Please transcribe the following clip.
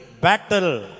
Battle